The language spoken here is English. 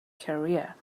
career